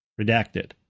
redacted